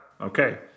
Okay